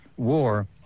war